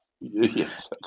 Yes